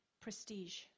prestige